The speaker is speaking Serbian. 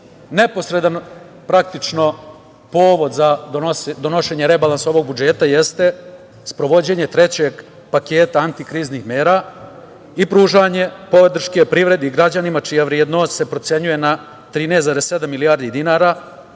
neposredan praktično povod za donošenje rebalansa ovog budžeta jeste sprovođenje trećeg paketa antikriznih mera i pružanje podrške privredi i građanima čija vrednost se procenjuje na 13,7 milijardi dinara,